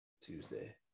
Tuesday